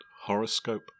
Horoscope